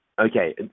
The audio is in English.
Okay